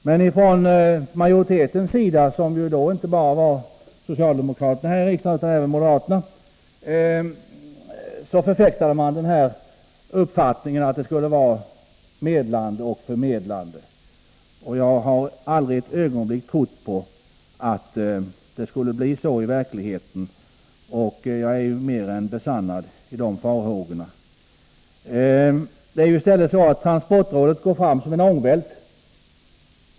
Men från majoritetens sida, dvs. då inte bara från socialdemokraterna häri riksdagen utan även från moderaterna, förfäktade man den uppfattningen att transportrådet skulle vara medlande och förmedlande. Jag har aldrig ett ögonblick trott på att det skulle bli så i verkligheten. Mina farhågor har mer än besannats. Transportrådet går i stället fram som en ångvält.